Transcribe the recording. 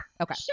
Okay